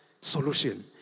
solution